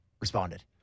responded